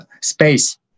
space